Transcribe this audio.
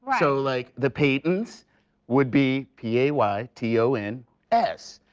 so, like, the paytons would be p a y t o n s.